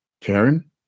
Karen